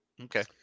Okay